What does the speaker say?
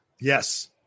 Yes